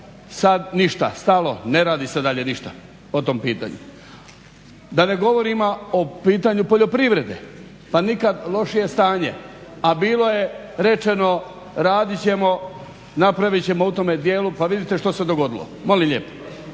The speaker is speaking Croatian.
sad ništa, stalo, ne radi se dalje ništa po tom pitanju. Da ne govorimo o pitanju poljoprivrede, pa nikad lošije stanje, a bilo je rečeno radit ćemo, napravit ćemo u tome dijelu pa vidite što se dogodilo. Molim lijepo.